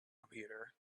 computer